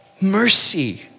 mercy